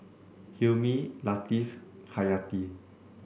Hilmi Latif Haryati